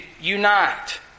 unite